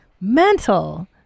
mental